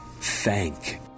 Thank